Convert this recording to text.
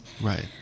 Right